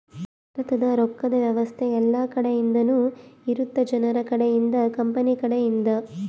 ಭಾರತದ ರೊಕ್ಕದ್ ವ್ಯವಸ್ತೆ ಯೆಲ್ಲ ಕಡೆ ಇಂದನು ಇರುತ್ತ ಜನರ ಕಡೆ ಇಂದ ಕಂಪನಿ ಕಡೆ ಇಂದ